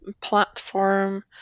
platform